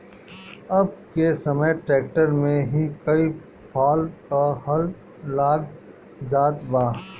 अब के समय ट्रैक्टर में ही कई फाल क हल लाग जात बा